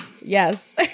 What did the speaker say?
Yes